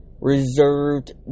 reserved